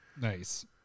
Nice